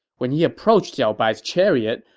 when he approached xiaobai's chariot,